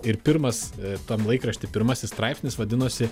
ir pirmas tam laikrašty pirmasis straipsnis vadinosi